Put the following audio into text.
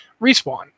Respawn